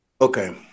Okay